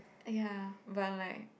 !aiya! but like